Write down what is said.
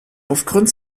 aufgrund